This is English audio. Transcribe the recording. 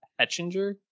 Hetchinger